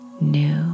new